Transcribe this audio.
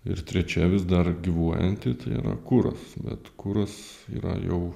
ir trečia vis dar gyvuojanti tai yra kuras bet kuras yra jau